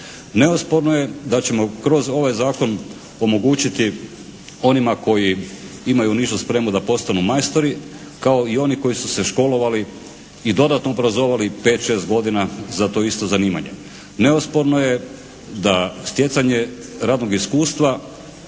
Neosporno je da ćemo kroz ovaj zakon omogućiti onima koji imaju nižu spremu da postanu majstori, kao i ono koji su se školovali i dodatno obrazovali 5, 6 godina za to isto zanimanje. Neosporno je da stjecanje radnog iskustva